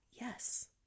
yes